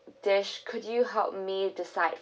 dish could you help me decide